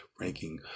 ranking